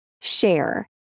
share